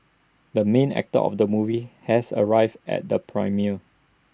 the main actor of the movie has arrived at the premiere